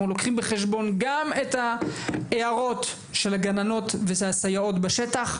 לוקחים בחשבון גם את ההערות של הגננות והסייעות בשטח,